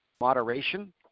moderation